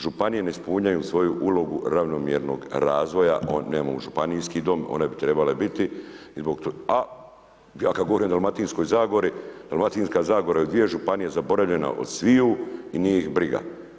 Županije ne ispunjavaju svoju ulogu ravnomjernog razvoja, ... županijski dom, one bi trebale biti, a kad govorim o Dalmatinskoj zagori, Dalmatinska zagora je u dvije županije zaboravljena od sviju i nije ih briga.